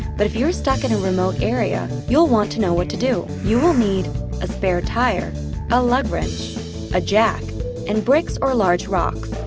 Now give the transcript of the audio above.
but if you're stuck in a remote area, you'll want to know what to do. you will need a spare tire a lug wrench a jack and bricks or large rocks